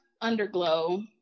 underglow